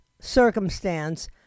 circumstance